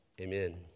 Amen